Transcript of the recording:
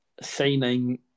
signing